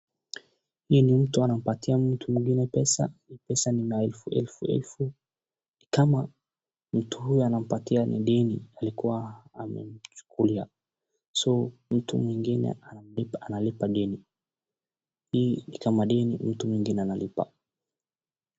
Hii ni mtu anampatia mtu mwingine pesa, pesa ni maelfu elfu elfu, ni kama mtu huyu anampatia ni deni alikuwa amemchukulia cs[so]cs mtu mwingine analipa deni , hii ni kama deni mtu mwingine analipa.